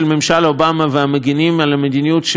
והמגִנים על המדיניות שלו בקונגרס,